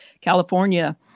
California